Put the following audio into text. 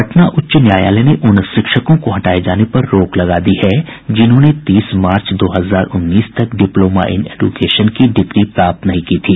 पटना उच्च न्यायालय ने उन शिक्षकों को हटाये जाने पर रोक लगा दी है जिन्होंने तीस मार्च दो हजार उन्नीस तक डिप्लोमा इन एडुकेशन की डिग्री प्राप्त नहीं की थी